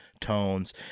tones